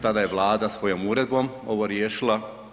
Tada je Vlada svojom uredbom ovo riješila.